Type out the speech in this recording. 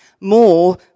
more